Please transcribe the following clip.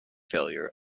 failure